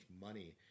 money